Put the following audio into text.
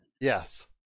Yes